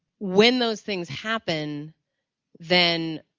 when those things happen then,